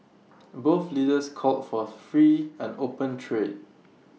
both leaders called for free and open trade